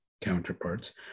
counterparts